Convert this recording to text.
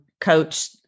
coach